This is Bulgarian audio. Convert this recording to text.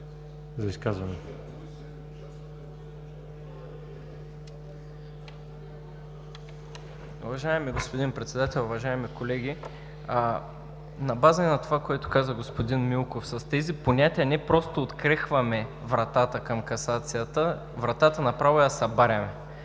за България): Уважаеми господин Председател, уважаеми колеги! На база на това, което каза господин Милков, с тези понятия не просто открехваме вратата към касацията, а направо я събаряме.